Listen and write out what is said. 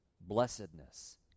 blessedness